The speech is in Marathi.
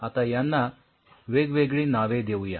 आता यांना वेगवेगळी नावे देऊया